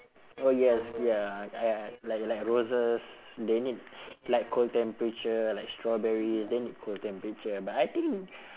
oh yes ya I like like roses they need like cold temperature like strawberries they need cold temperature but I think